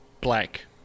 black